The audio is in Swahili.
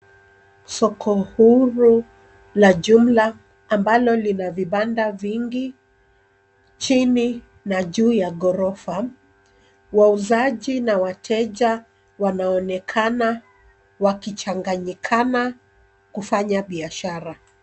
Soko huru la jumla, ambalo lina vibanda vingi, chini na juu ya ghorofa. Wauzaji na wateja, wanaonekana wakichanganyikana kufanya biashara.